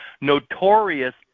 notorious